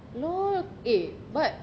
LOL eh but